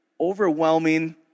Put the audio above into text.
overwhelming